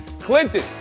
Clinton